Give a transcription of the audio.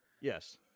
Yes